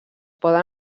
poden